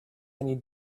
needed